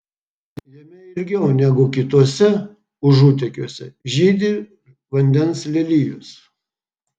jame ilgiau negu kituose užutėkiuose žydi vandens lelijos